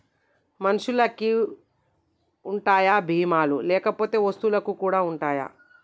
మనుషులకి ఉంటాయా బీమా లు లేకపోతే వస్తువులకు కూడా ఉంటయా?